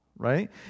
right